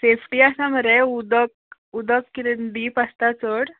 safety आसा मरे उदक उदक किदें डिप आसता चड